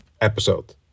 episode